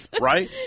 Right